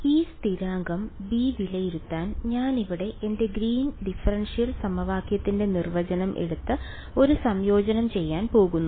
ഈ സ്ഥിരാങ്കം b വിലയിരുത്താൻ ഞാൻ ഇവിടെ എന്റെ ഗ്രീൻ ഡിഫറൻഷ്യൽ Green's differential സമവാക്യത്തിന്റെ നിർവചനം എടുത്ത് ഒരു സംയോജനം ചെയ്യാൻ പോകുന്നു